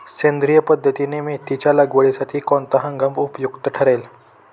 सेंद्रिय पद्धतीने मेथीच्या लागवडीसाठी कोणता हंगाम उपयुक्त ठरेल?